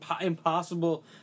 impossible